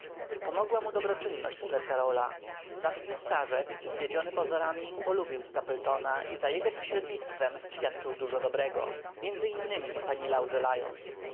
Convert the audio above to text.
pomogła mu dobroczynność sir karola zacny starzec zwiedziony pozorami polubił stapletona i za jego pośrednictwem świadczył dużo dobrego między innymi pani